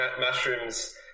mushrooms